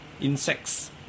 insects